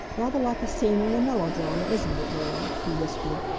rather like a scene in a melodrama, isn't it, ware, he whispered,